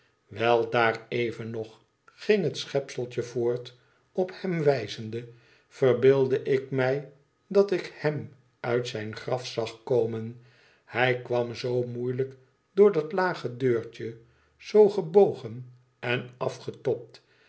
daar even nog ging het schepseltje voort op hem wijzende verbeeldde ik mij dat ik hem uit zijn graf zag komen hij kwam zoo moeielijk door dat lage deurtje zoo gebogen en